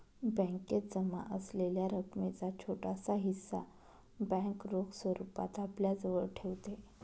बॅकेत जमा असलेल्या रकमेचा छोटासा हिस्सा बँक रोख स्वरूपात आपल्याजवळ ठेवते